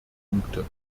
punkte